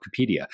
Wikipedia